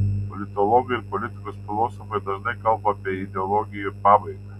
politologai ir politikos filosofai dažnai kalba apie ideologijų pabaigą